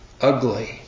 ugly